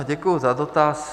Děkuji za dotaz.